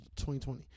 2020